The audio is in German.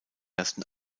ersten